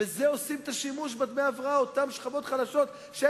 זה השימוש שבאותן שכבות חלשות עושים בדמי ההבראה,